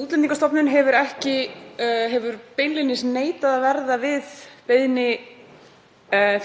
Útlendingastofnun hefur beinlínis neitað að verða við beiðni